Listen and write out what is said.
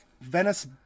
Venice